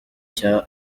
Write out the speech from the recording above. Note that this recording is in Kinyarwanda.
cya